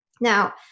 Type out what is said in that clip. Now